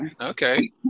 Okay